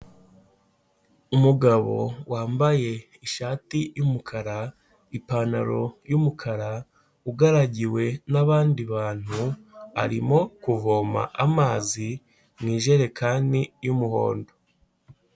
Umugabo wambaye ishati y'umukara, ipantaro y'umukara, ugaragiwe n'abandi bantu, arimo kuvoma amazi mu ijerekani y'umuhondo.